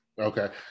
okay